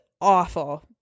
awful